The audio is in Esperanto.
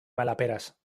malaperas